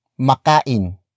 makain